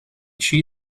she